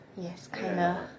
yes I am